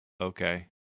Okay